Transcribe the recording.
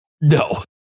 No